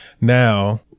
now